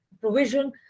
provision